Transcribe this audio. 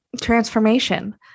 transformation